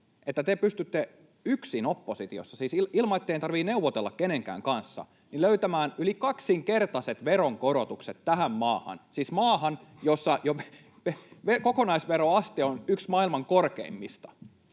että te pystytte yksin oppositiossa, siis ilman, että teidän tarvitsee neuvotella kenenkään kanssa, löytämään yli kaksinkertaiset veronkorotukset tähän maahan, siis maahan, jossa kokonaisveroaste on yksi maailman korkeimmista.